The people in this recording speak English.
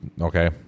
okay